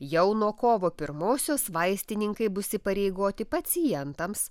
jau nuo kovo pirmosios vaistininkai bus įpareigoti pacientams